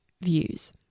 views